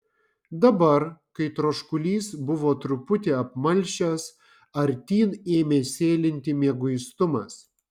dabar kai troškulys buvo truputį apmalšęs artyn ėmė sėlinti mieguistumas